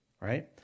right